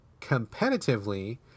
competitively